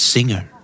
Singer